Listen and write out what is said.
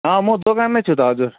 म दोकानमै छु त हजुर